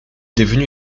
devenu